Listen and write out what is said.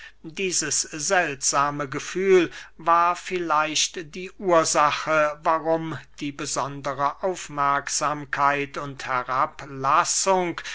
dieses seltsame gefühl war vielleicht die ursache warum die besondere aufmerksamkeit und herablassung